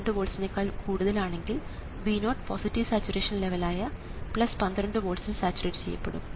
2 വോൾട്സ്നേക്കാൾ കൂടുതലാണെങ്കിൽ V0 positive saturation ലെവലായ 12 വോൾട്സ്ൽ സാച്ചുറേറ്റ് ചെയ്യപ്പെടും